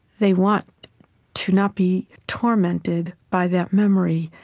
they want to not be tormented by that memory,